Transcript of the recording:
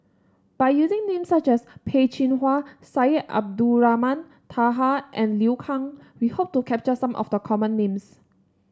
by using names such as Peh Chin Hua Syed Abdulrahman Taha and Liu Kang we hope to capture some of the common names